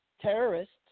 terrorists